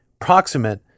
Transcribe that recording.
proximate